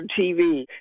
TV